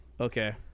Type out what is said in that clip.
Okay